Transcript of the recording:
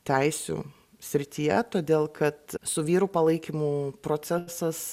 teisių srityje todėl kad su vyrų palaikymu procesas